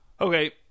Okay